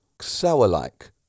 sour-like